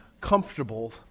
comfortable